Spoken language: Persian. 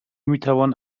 میتوان